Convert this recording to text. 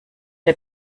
der